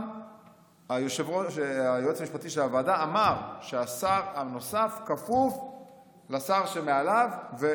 היועץ המשפטי של הוועדה אמר שהשר הנוסף כפוף לשר שמעליו.